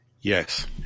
Yes